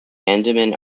andaman